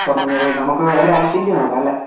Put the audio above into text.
കുറഞ്ഞതു നമുക്ക് ഒരു I twenty നോക്കാമല്ലേ